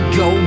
go